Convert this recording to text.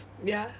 ya